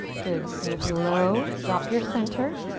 good, sink low. drop your center.